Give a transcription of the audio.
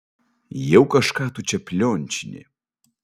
jau kažką tu čia pliončini